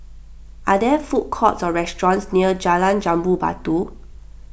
are there food courts or restaurants near Jalan Jambu Batu